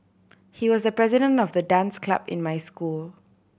he was the president of the dance club in my school